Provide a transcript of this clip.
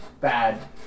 bad